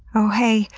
oh hey,